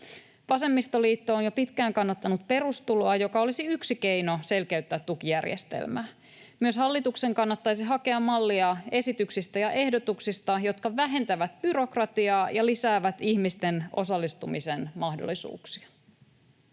Vasemmistoliitto on jo pitkään kannattanut perustuloa, joka olisi yksi keino selkeyttää tukijärjestelmää. Myös hallituksen kannattaisi hakea mallia esityksistä ja ehdotuksista, jotka vähentävät byrokratiaa ja lisäävät ihmisten osallistumisen mahdollisuuksia.